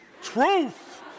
Truth